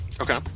Okay